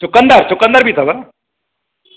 चुकंदर चुकंदर बि अथव